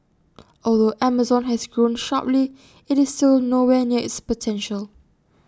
although Amazon has grown sharply IT is still nowhere near its potential